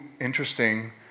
interesting